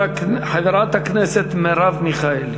חברת הכנסת מרב מיכאלי.